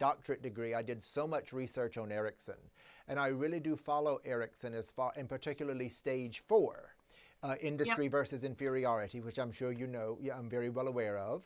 doctorate degree i did so much research on erickson and i really do follow erickson as far and particularly stage for industry versus inferiority which i'm sure you know very well aware of